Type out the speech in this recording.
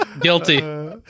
Guilty